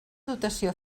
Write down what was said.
dotació